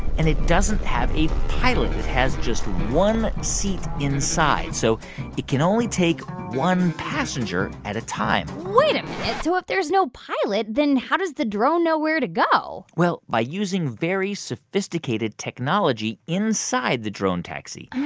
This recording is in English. and it doesn't have a pilot. it has just one seat inside. so it can only take one passenger at a time wait a minute. and and so if there is no pilot, then how does the drone know where to go? well, by using very sophisticated technology inside the drone taxi.